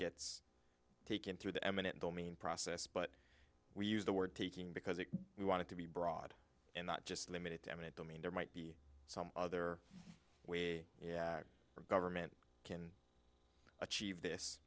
gets taken through the eminent domain process but we use the word taking because if we wanted to be broad and not just limited to eminent domain there might be some other way yeah government can achieve this